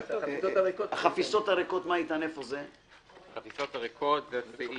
את החפיסות הריקות --- החפיסות הריקות, מה איתן?